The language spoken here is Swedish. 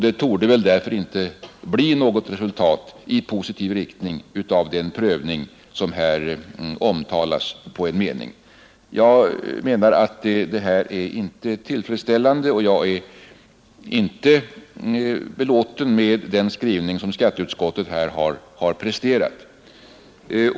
Det torde väl därför inte bli något resultat i positiv riktning av den prövning som här omtalas. Jag menar att detta inte är tillfredsställande, och jag är inte belåten med den skrivning som skatteutskottet har presterat.